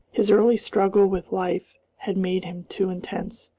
his early struggle with life had made him too intense.